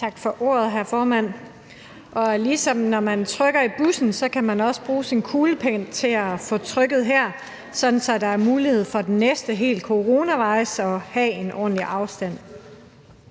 Tak for ordet, hr. formand. Ligesom når man trykker i bussen, kan man også bruge sin kuglepen til at få trykket her, sådan at der er mulighed for den næste for helt coronawise at have en ordentlig afstand.